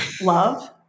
Love